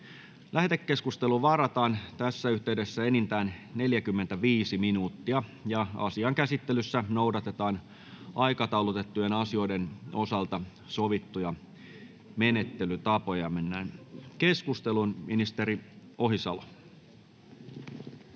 Lähetekeskusteluun varataan tässä yhteydessä enintään 45 minuuttia, ja asian käsittelyssä noudatetaan aikataulutettujen asioiden osalta sovittuja menettelytapoja. — Mennään keskusteluun. Ministeri Ohisalo.